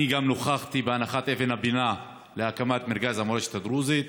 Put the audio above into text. אני גם נכחתי בהנחת אבן הפינה להקמת מרכז המורשת הדרוזית,